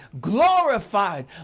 glorified